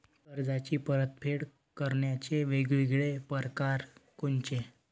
कर्जाची परतफेड करण्याचे वेगवेगळ परकार कोनचे?